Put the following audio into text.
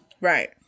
Right